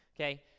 okay